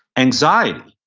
anxiety,